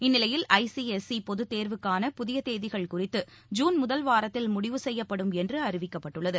இந்நிலையில் ஐசிஎஸ்இ பொது தேர்வுகளுக்கான புதிய தேதிகள் குறித்து ஜூன் முதல் வாரத்தில் முடிவு செய்யப்படும் என்று அறிவிக்கப்பட்டுள்ளது